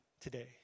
today